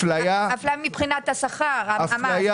אפליה מבחינת השכר.